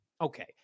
okay